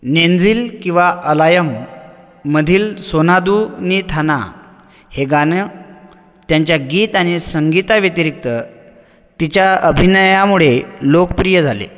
नेंझिल किंवा अलायममधील सोनादू नी थाना हे गाणं त्यांच्या गीत आणि संगीताव्यतिरिक्त तिच्या अभिनयामुळे लोकप्रिय झाले